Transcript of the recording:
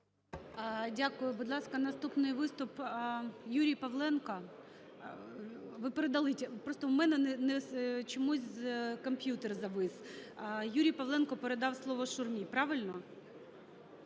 Дякую. Будь ласка, наступний виступ – Юрій Павленко. Ви передали? Просто в мене чомусь комп'ютер завис. Юрій Павленко передав слово Шурмі. Правильно?